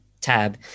tab